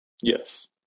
Yes